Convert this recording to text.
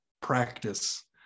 practice